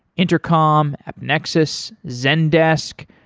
intercom, app nexus, zen desk.